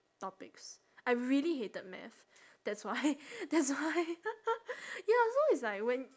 topics I really hated math that's why that's why ya so it's like when